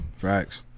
Facts